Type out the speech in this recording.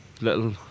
Little